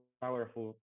powerful